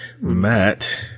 Matt